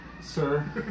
sir